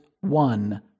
one